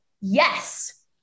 yes